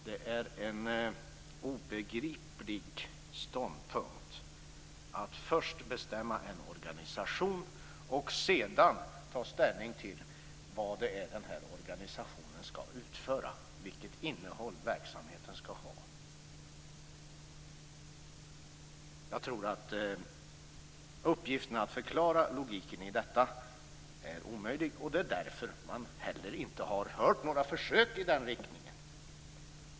Det är en obegriplig ståndpunkt att först bestämma en organisation och sedan ta ställning till vad organisationen skall utföra, vilket innehåll verksamheten skall ha. Jag tror att uppgiften att förklara logiken i detta är omöjlig. Det är därför man heller inte har hört några försök i den riktningen.